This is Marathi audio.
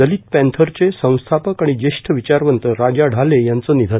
दलित पॅथरचे संस्थापक आणि ज्येष्ठ विचारवंत राजा ढाले यांचं निधन